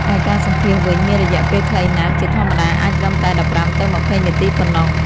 ឯការសម្ភាសន៍វិញ មានរយៈពេលខ្លីណាស់ ជាធម្មតាអាចត្រឹមតែ ១៥ ទៅ ២០ នាទីប៉ុណ្ណោះ។